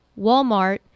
Walmart